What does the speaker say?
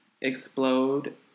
explode